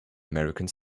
american